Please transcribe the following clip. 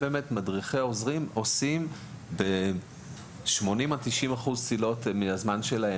מדריכי עוזרים עושים 80% או 90% מהזמן שלהם